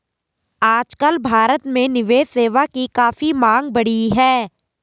आजकल भारत में निवेश सेवा की काफी मांग बढ़ी है